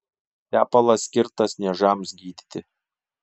tepalas skirtas niežams gydyti